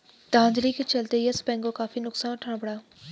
धांधली के चलते यस बैंक को काफी नुकसान उठाना पड़ा